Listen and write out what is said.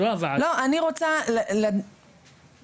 לא, אני רוצה להגיד